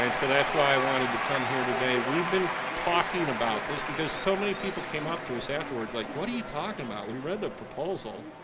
and so that's why i wanted to come here today. we've been talking about this because so many people came up to us afterwards like what are you talking about, we read the proposal,